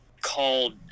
called